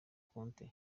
konti